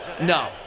No